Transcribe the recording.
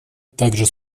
также